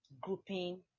grouping